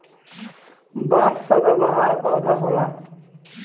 बांस सदाबहार पौधा होला